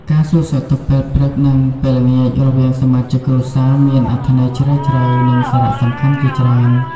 ការសួរសុខទុក្ខពេលព្រឹក និងពេលល្ងាចរវាងសមាជិកគ្រួសារមានអត្ថន័យជ្រាលជ្រៅ និងសារៈសំខាន់ជាច្រើន។